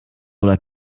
oder